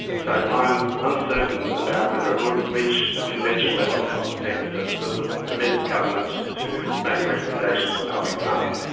so i'm uncertain about whether it would reach the conventional level of cost effectiveness that would permit the government to make a recommendation for public funding.